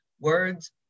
words